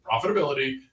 profitability